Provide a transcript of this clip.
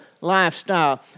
lifestyle